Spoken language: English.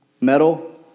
Metal